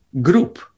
group